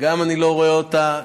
אני לא רואה גם אותה,